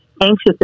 anxious